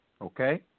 Okay